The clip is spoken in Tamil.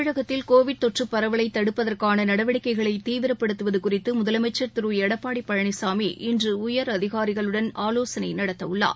தமிழகத்தில் கோவிட் தொற்றபரவலைத் தடுப்பதற்கானநடவடிக்கைகளைதீவிரப்படுத்துவதுகுறித்துமுதலமைச்சர் திருடப்பாடிபழனிசாமி இன்றுடயர் அதிகாரிகளுடன் ஆலோசனைநடத்தஉள்ளார்